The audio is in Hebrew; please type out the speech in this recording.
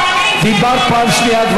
דיברת כבר פעם שנייה.